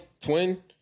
Twin